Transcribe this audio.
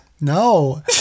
No